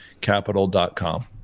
capital.com